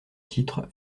titre